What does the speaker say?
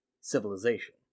civilization